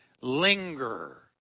linger